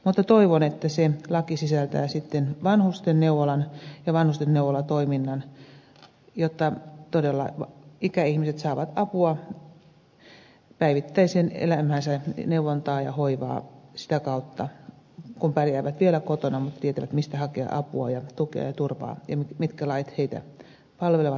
mutta toivon että se laki sisältää vanhustenneuvolan ja vanhustenneuvolatoiminnan jotta ikäihmiset todella saavat apua päivittäiseen elämäänsä neuvontaa ja hoivaa sitä kautta kun pärjäävät vielä kotona mutta tietävät mistä hakea apua ja tukea ja turvaa ja mitkä lait heitä palvelevat ja auttavat